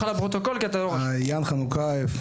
בבקשה יאן חנוכייב.